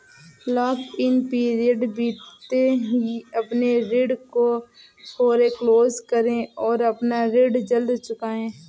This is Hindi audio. लॉक इन पीरियड बीतते ही अपने ऋण को फोरेक्लोज करे और अपना ऋण जल्द चुकाए